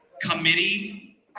committee